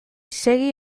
segi